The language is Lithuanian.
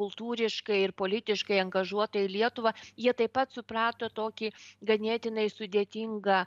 kultūriškai ir politiškai angažuota į lietuvą jie taip pat suprato tokį ganėtinai sudėtingą